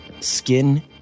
Skin